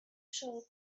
شروع